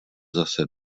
zase